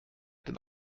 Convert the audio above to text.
den